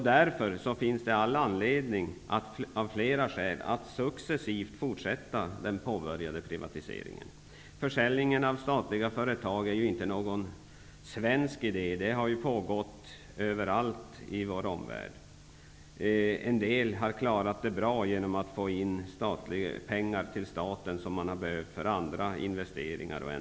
Därför finns det av flera skäl all anledning att successivt fortsätta den påbörjade privatiseringen. Försäljningen av statligt ägda företag är inte någon svensk idé. Det har pågått överallt i vår omvärld. En del länder har klarat detta bra och har fått in pengar till staten som har behövts för andra investeringar.